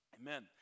Amen